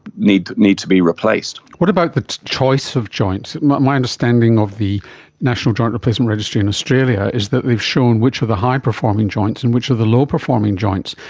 needs needs to be replaced. what about the choice of joints? my my understanding of the national joint replacement registry in australia is that they've shown which are the high performing joints and which are the low performing joints,